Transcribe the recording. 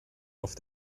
auf